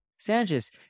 Sanchez